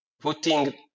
putting